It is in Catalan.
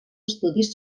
estudis